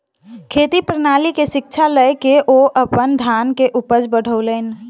खेती प्रणाली के शिक्षा लय के ओ अपन धान के उपज बढ़ौलैन